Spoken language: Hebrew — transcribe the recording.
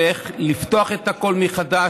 ולפתוח את הכול מחדש,